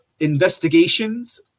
investigations